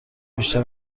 بیشتر